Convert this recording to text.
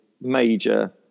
major